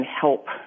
help